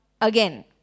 again